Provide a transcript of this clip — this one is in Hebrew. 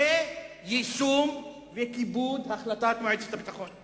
יישום וכיבוד של החלטת מועצת הביטחון.